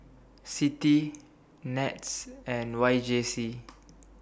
CITI Nets and Y J C